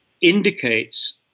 indicates